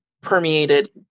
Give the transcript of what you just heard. permeated